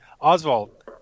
Oswald